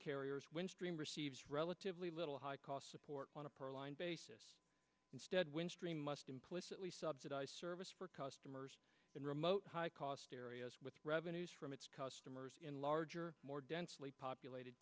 carriers windstream receives relatively little high cost support on a per line basis instead windstream must implicitly subsidize service for customers in remote areas with revenues from its customers in larger more densely populated